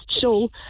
show